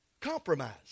compromise